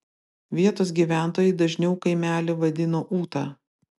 vietos gyventojai dažniau kaimelį vadino ūta